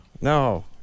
no